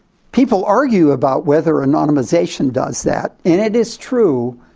people argue about whether and anonymisation does that, and it is true.